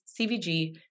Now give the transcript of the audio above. CVG